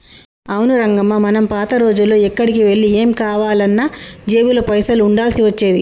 అవును రంగమ్మ మనం పాత రోజుల్లో ఎక్కడికి వెళ్లి ఏం కావాలన్నా జేబులో పైసలు ఉండాల్సి వచ్చేది